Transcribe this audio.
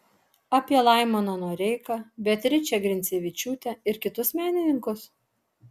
apie laimoną noreiką beatričę grincevičiūtę ir kitus menininkus